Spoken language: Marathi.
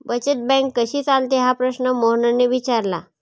बचत बँक कशी चालते हा प्रश्न मोहनने विचारला?